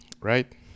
right